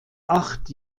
acht